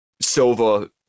Silva